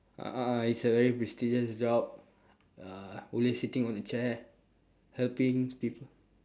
uh it's a very prestigious job uh always sitting on the chair helping people